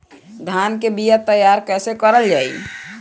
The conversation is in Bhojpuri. धान के बीया तैयार कैसे करल जाई?